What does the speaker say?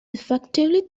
effectively